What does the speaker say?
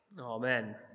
Amen